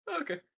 Okay